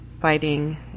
fighting